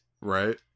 Right